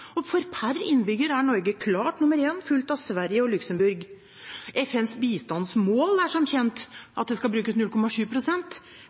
per innbygger. Per innbygger er Norge klart nummer én, fulgt av Sverige og Luxembourg. FNs bistandsmål er som kjent at det skal brukes